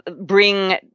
bring